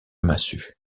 massue